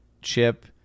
chip